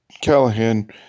Callahan